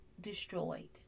destroyed